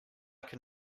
can